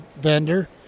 vendor